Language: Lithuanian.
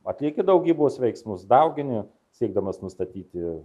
atlieki daugybos veiksmus daugini siekdamas nustatyti